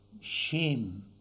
shame